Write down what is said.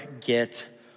get